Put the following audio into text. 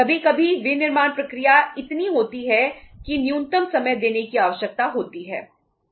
कभी कभी विनिर्माण प्रक्रिया इतनी होती है कि न्यूनतम समय देने की आवश्यकता होती है